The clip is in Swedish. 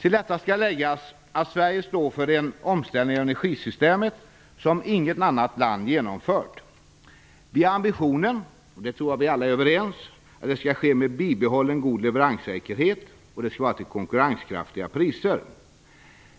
Till detta skall läggas att Sverige står inför en omställning av energisystemet som inget annat land genomfört. Vi har ambitionen - det tror jag att vi alla är överens om - att den skall ske med bibehållen god leveranssäkerhet och till konkurrenskraftiga priser.